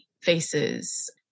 faces